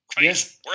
yes